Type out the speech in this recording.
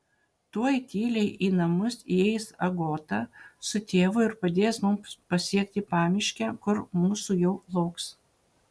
tuoj tyliai į namus įeis agota su tėvu ir padės mums pasiekti pamiškę kur mūsų jau lauks